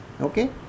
okay